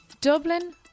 Dublin